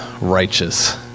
righteous